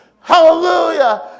Hallelujah